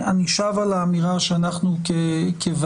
אני שב על האמירה שאנחנו כוועדה,